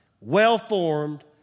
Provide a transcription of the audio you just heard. well-formed